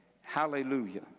Hallelujah